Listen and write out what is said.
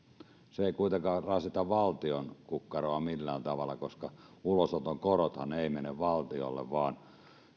se ei kuitenkaan rasita valtion kukkaroa millään tavalla koska ulosoton korothan eivät mene valtiolle vaan